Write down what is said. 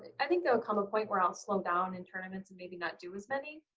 i think there will come a point where i'll slow down in tournaments and maybe not do as many,